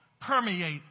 permeate